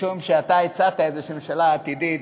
משום שאתה הצעת איזושהי ממשלה עתידית,